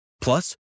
Plus